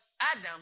Adam